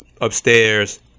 upstairs